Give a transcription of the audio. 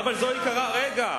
אבל, זה, רגע.